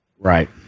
Right